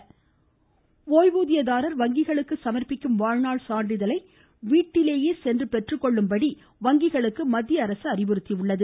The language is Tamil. ஒய்வூதியரார்கள் வங்கி ஓய்வூதியதாரர்கள் வங்கிகளுக்கு சமர்ப்பிக்கும் வாழ்நாள் சான்றிதழை அவர்கள் வீட்டிலேயே சென்று பெற்றுக்கொள்ளும் படி வங்கிகளுக்கு மத்தியஅரசு அறிவுறுத்தியுள்ளது